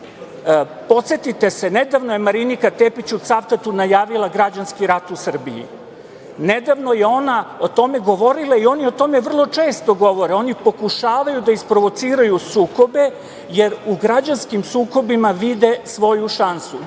Podsetite se, nedavno je Marinika Tepić u Cavtatu najavila građanski rat u Srbiji. Nedavno je ona o tome govorila i oni o tome vrlo često govore, oni pokušavaju da isprovociraju sukobe, jer u građanskim sukobima vide svoju šansu.